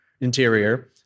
interior